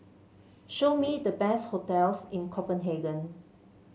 show me the best hotels in Copenhagen